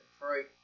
Detroit